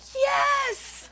yes